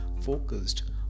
focused